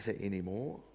anymore